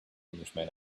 englishman